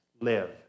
live